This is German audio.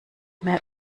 mehr